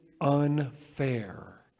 unfair